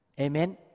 Amen